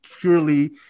purely